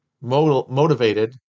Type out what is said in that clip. motivated